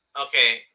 Okay